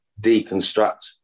deconstruct